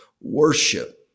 worship